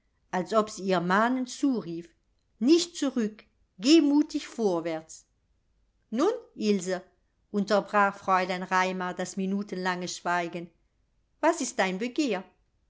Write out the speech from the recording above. als ob sie ihr mahnend zurief nicht zurück geh mutig vorwärts nun ilse unterbrach fräulein raimar das minutenlange schweigen was ist dein begehr